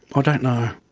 ah don't know.